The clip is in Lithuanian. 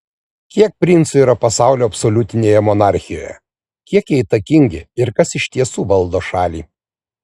kiek princų yra pasaulio absoliutinėje monarchijoje kiek jie įtakingi ir kas iš tiesų valdo šalį